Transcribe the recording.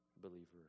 believer